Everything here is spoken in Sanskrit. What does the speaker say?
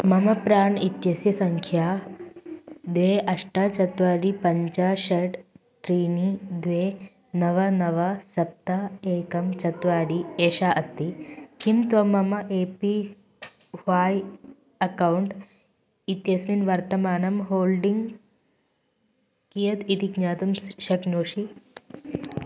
मम प्राण् इत्यस्य सङ्ख्या द्वे अष्ट चत्वारि पञ्च षट् त्रीणि द्वे नव नव सप्त एकं चत्वारि एषा अस्ति किं त्वं मम ए पी वै अकौण्ट् इत्यस्मिन् वर्तमानं होल्डिङ्ग् कियत् इति ज्ञातुं श् शक्नोषि